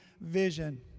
vision